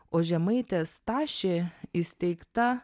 o žemaitės tašė įsteigta